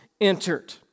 entered